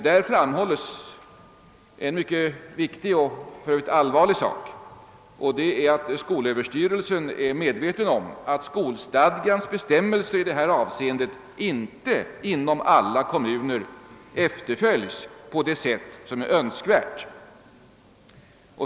Där framhålls en mycket viktig och allvarlig sak, nämligen att skolöverstyrelsen är medveten om att skolstadgans bestämmelser i detta avseende inte inom alla kommuner efterföljs på det sätt som är önskvärt.